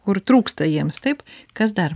kur trūksta jiems taip kas dar